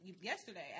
yesterday